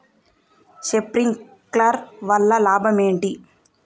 Sprinkler వల్ల లాభం ఏంటి?